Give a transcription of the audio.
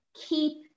Keep